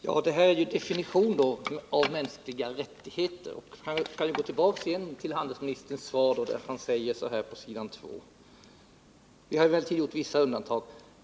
Herr talman! Här är det fråga om en definition av mänskliga rättigheter. Skall vi gå tillbaka till handelsministerns svar, där han säger: ”Vi har emellertid gjort vissa undantag från den principiella linje jag nyss angett.